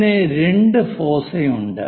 ഇതിന് 2 ഫോസൈ ഉണ്ട്